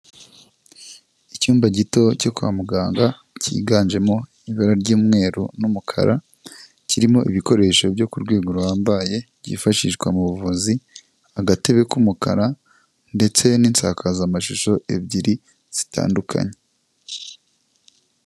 Icyumba gito cyo kwa muganga, cyiganjemo ibara ry'umweru n'umukara, kirimo ibikoresho byo ku rwego ruhambaye, byifashishwa mu buvuzi, agatebe k'umukara ndetse n'insakazamashusho ebyiri zitandukanye.